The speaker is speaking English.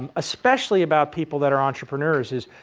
um especially about people that are entrepreneurs is,